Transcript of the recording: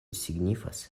signifas